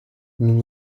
nous